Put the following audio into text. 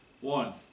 One